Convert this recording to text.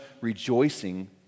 rejoicing